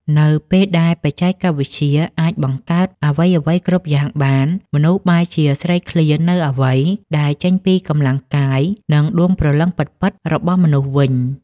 នៅពេលដែលបច្ចេកវិទ្យាអាចបង្កើតអ្វីៗគ្រប់យ៉ាងបាន មនុស្សបែរជាស្រេកឃ្លាននូវអ្វីដែលចេញពីកម្លាំងកាយ និងដួងព្រលឹងពិតៗរបស់មនុស្សវិញ។